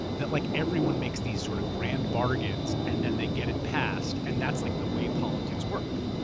that like everyone makes these sort of grand bargains and then they get it passed. and that's like the way politics works.